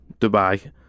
Dubai